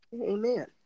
Amen